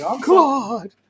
God